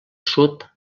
sud